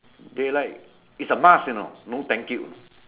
they like its a must you know no thank you